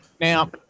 Now